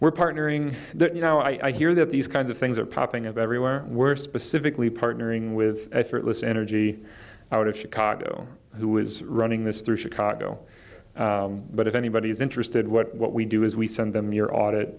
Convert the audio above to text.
we're partnering you know i hear that these kinds of things are popping up everywhere we're specifically partnering with effortless energy out of chicago who is running this through chicago but if anybody's interested what we do is we send them your audit